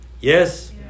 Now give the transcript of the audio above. Yes